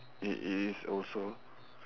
it is also